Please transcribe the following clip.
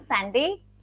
Sandy